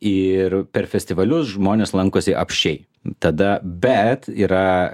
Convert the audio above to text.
ir per festivalius žmonės lankosi apsčiai tada bet yra